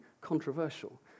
controversial